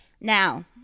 Now